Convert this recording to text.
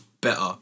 better